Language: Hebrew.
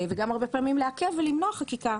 וגם הרבה פעמים לעכב ולמנוע חקיקה.